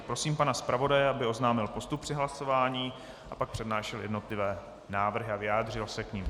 Prosím pana zpravodaje, aby oznámil postup při hlasování a pak přednášel jednotlivé návrhy a vyjádřil se k nim.